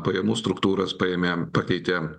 pajamų struktūras paėmė pakeitė